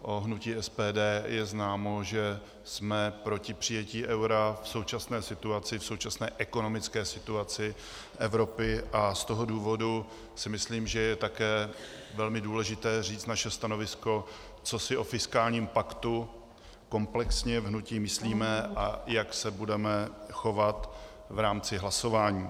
O hnutí SPD je známo, že jsme proti přijetí eura v současné situaci, v současné ekonomické situaci Evropy, a z toho důvodu si myslím, že je také velmi důležité říci naše stanovisko, co si o fiskálním paktu komplexně v hnutí myslíme a jak se budeme chovat v rámci hlasování.